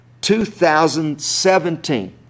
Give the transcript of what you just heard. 2017